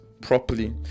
properly